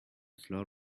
floor